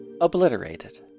Obliterated